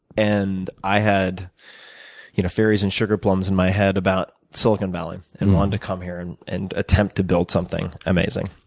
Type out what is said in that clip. and i had you know fairies and sugarplums in my head about silicon valley, and wanted to come here and and attempt to build something amazing.